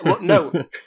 no